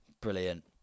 brilliant